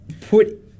put